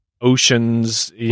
oceans